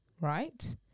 right